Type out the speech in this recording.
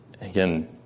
Again